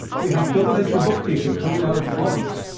we have double entry bookkeeping coming out of florence.